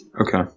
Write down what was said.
Okay